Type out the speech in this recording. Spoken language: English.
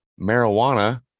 marijuana